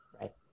right